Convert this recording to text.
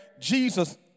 Jesus